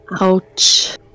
Ouch